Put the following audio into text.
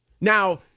Now